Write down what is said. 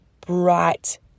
bright